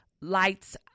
lights